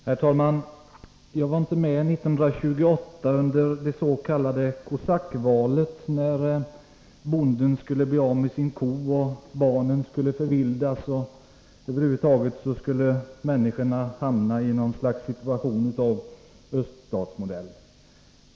Herr talman! Jag var inte med 1928 under det s.k. kosackvalet, när bonden skulle bli av med sin ko, barnen skulle förvildas och människorna över huvud taget skulle hamna i något slags situation av öststatsmodell.